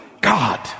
God